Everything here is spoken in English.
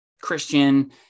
Christian